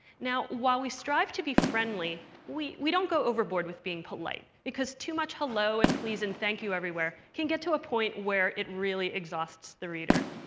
now while we strive to be friendly, we we don't go overboard with being polite, because too much hello and please and thank you everywhere can get to a point where it really exhausts the reader.